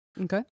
Okay